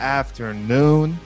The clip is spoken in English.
afternoon